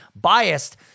biased